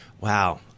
Wow